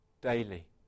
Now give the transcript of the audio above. daily